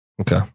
Okay